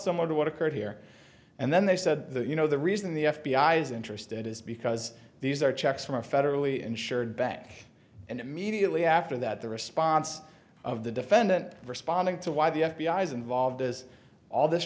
similar to what occurred here and then they said you know the reason the f b i is interested is because these are checks from a federally insured bank and immediately after that the response of the defendant responding to why the f b i is involved is all this